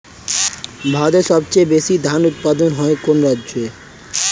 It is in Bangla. ভারতের সবচেয়ে বেশী ধান উৎপাদন হয় কোন রাজ্যে?